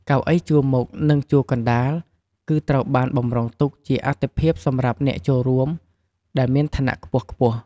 កៅអីជួរមុខ និងជួរកណ្តាល គឺត្រូវបានបម្រុងទុកជាអាទិភាពសម្រាប់អ្នកចូលរួមដែលមានឋានៈខ្ពស់ៗ។